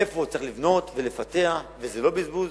איפה צריך לבנות ולפתח וזה לא בזבוז,